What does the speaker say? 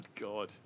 God